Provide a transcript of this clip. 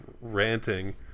ranting